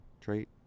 trait